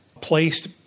placed—